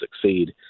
succeed